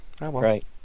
Right